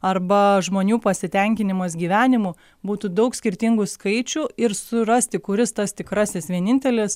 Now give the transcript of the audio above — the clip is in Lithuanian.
arba žmonių pasitenkinimas gyvenimu būtų daug skirtingų skaičių ir surasti kuris tas tikrasis vienintelis